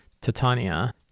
Titania